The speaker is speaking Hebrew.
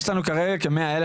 יש לנו כרגע כ-100,000,